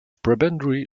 prebendary